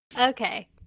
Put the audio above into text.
Okay